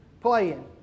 playing